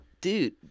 dude